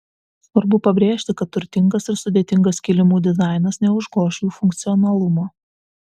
svarbu pabrėžti kad turtingas ir sudėtingas kilimų dizainas neužgoš jų funkcionalumo